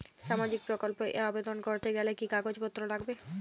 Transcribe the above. সামাজিক প্রকল্প এ আবেদন করতে গেলে কি কাগজ পত্র লাগবে?